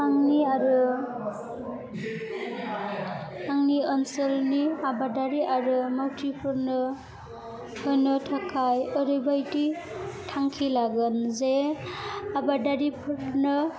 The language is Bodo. आंनि आरो आंनि ओनसोलनि आबादारि आरो मावथिफोरनो होनो थाखाय ओरैबायदि थांखि लागोन जे आबादारिफोरनो